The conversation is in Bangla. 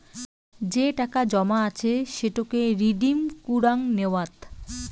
যে টাকা জমা আছে সেটোকে রিডিম কুরাং নেওয়াত